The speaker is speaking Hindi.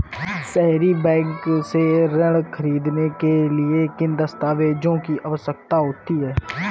सहरी बैंक से ऋण ख़रीदने के लिए किन दस्तावेजों की आवश्यकता होती है?